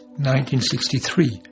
1963